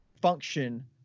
function